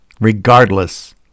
regardless